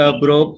bro